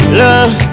love